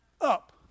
up